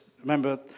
Remember